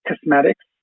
cosmetics